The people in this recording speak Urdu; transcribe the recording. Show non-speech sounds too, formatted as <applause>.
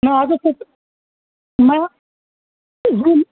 <unintelligible>